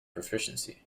proficiency